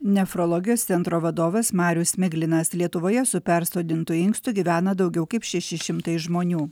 nefrologijos centro vadovas marius miglinas lietuvoje su persodintu inkstu gyvena daugiau kaip šeši šimtai žmonių